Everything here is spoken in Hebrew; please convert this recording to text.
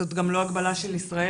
זאת גם לא הגבלה של ישראל,